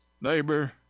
Neighbor